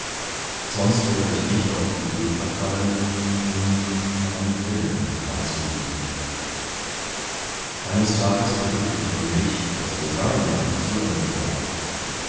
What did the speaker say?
sonst wäre ich nicht auf die idee verfallen ihm meinen willen anzubieten eines tages begriff ich nämlich daß der seine zu ende sei